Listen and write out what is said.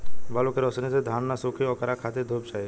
bulb के रौशनी से धान न सुखी ओकरा खातिर धूप चाही